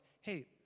hey